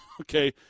Okay